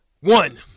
One